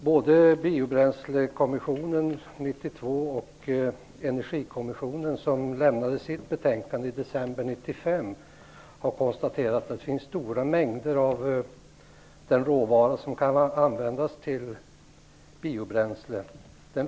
Både Biobränslekommissionen 1992 och Energikommissionen, som lämnade sitt betänkande i december 1995, har konstaterat att det i Norrlands inland finns stora mängder av den råvara som kan användas till biobränsle.